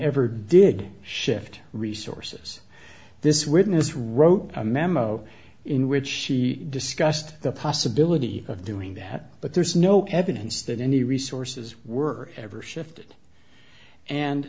ever did shift resources this witness wrote a memo in which she discussed the possibility of doing that but there's no evidence that any resources were ever shifted and